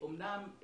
אמנם,